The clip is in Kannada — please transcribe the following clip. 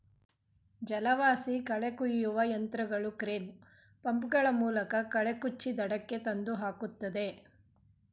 ಜಲವಾಸಿ ಕಳೆ ಕುಯ್ಯುವ ಯಂತ್ರಗಳು ಕ್ರೇನ್, ಪಂಪ್ ಗಳ ಮೂಲಕ ಕಳೆ ಕುಚ್ಚಿ ದಡಕ್ಕೆ ತಂದು ಹಾಕುತ್ತದೆ